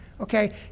Okay